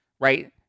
right